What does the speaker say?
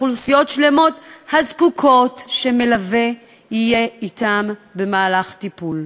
אוכלוסיות שלמות זקוקות שמלווה יהיה אתן במהלך טיפול.